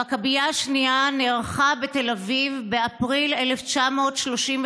המכבייה השנייה נערכה בתל אביב באפריל 1935,